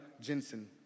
Jensen